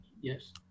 Yes